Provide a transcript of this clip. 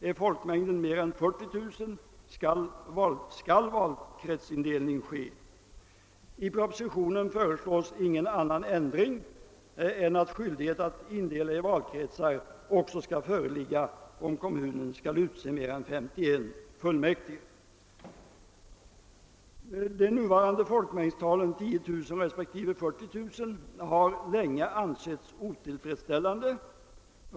Är folkmängden mer än 40 000, skall valkretsindelning ske. I propositionen föreslås ingen annan ändring än att skyldighet att indela i valkretsar även skall föreligga om kommunen skall utse mer än 51 fullmäktige. De nuvarande folkmängdstalen 10 000 respektive 40 000 har länge ansetts otillfredsställande.